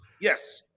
Yes